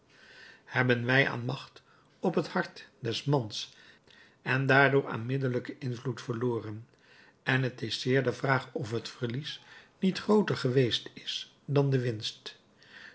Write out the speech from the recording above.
hebben wij aan macht op het hart des mans en daardoor aan middellijken invloed verloren en het is zeer de vraag of het verlies niet grooter geweest is dan de winst